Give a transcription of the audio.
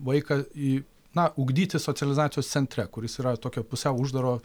vaiką į na ugdyti socializacijos centre kuris yra tokio pusiau uždaro